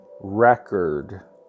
record